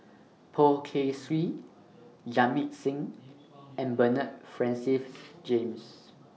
Poh Kay Swee Jamit Singh and Bernard Francis James